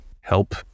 help